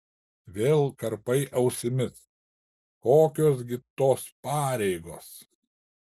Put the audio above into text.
vėl karpai ausimis kokios gi tos pareigos